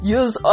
use